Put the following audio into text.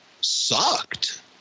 sucked